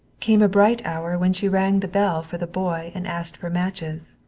came a bright hour when she rang the bell for the boy and asked for matches,